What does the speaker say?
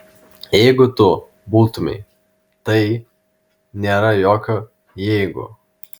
jeigu tu būtumei tai nėra jokio jeigu